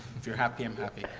if you're happy, i'm happy.